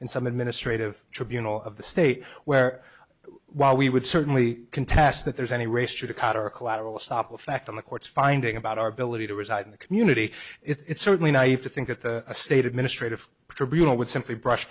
in some administrative tribunal of the state where while we would certainly contest that there's any race to the cutter collateral estoppel fact in the courts finding about our ability to reside in the community it's certainly naive to think that the state administrative tribunal would simply brush